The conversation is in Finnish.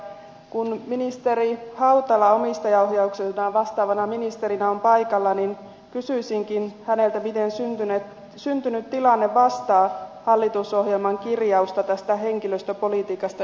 kun ministeri hautala omistajaohjauksista vastaavana ministerinä on paikalla niin kysyisinkin häneltä miten syntynyt tilanne vastaa hallitusohjelman kirjausta tästä henkilöstöpolitiikasta yhtiöittämistapauksissa